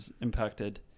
impacted